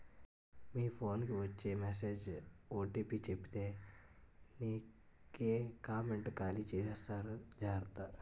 మీ phone కి వచ్చే message OTP చెప్పితే నీకే కామెంటు ఖాళీ చేసేస్తారు జాగ్రత్త